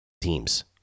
teams